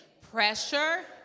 Pressure